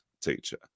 teacher